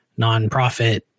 nonprofit